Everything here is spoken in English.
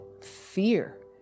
fear